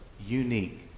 unique